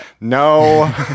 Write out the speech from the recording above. No